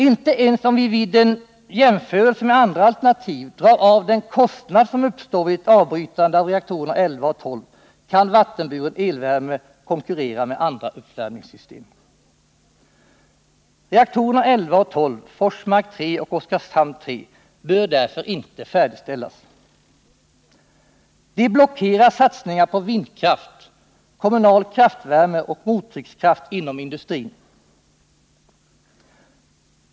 Inte ens om vi vid en jämförelse med andra alternativ drar av den kostnad som uppstår vid ett avbrytande av reaktorerna 11 och 12 kan vattenburen elvärme konkurrera med andra uppvärmningssystem. Reaktorerna 11 och 12 — Forsmark 3 och Oskarshamn 3 — bör därför inte färdigställas. De blockerar satsningar på vindkraft, kommunal kraftvärme och mottryckskraft inom industrin.